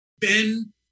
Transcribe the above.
Ben